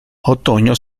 otoño